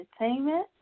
entertainment